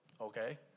Okay